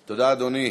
תודה, אדוני.